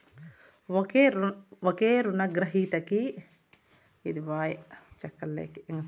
ఒకే రునగ్రహీతకి నిదులందించే దానికి కొన్ని బాంకిలు పనిజేస్తండాయి